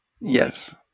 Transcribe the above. Yes